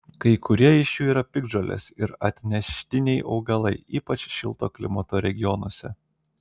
kai kurie iš jų yra piktžolės ir atneštiniai augalai ypač šilto klimato regionuose